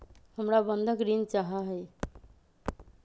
हमरा बंधक ऋण चाहा हई